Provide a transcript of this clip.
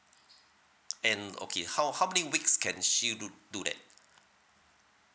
and okay how how many weeks can she do do that